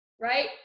right